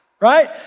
right